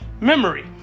memory